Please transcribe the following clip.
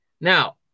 Now